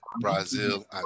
Brazil